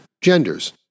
genders